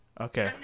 okay